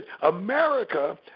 America